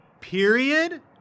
period